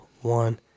one